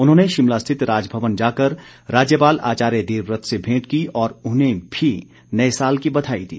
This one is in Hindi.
उन्होंने शिमला स्थित राजभवन जाकर राज्यपाल आचार्य देवव्रत से भेंट की और उन्हें भी नए साल की बधाई दी